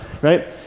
right